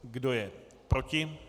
Kdo je proti?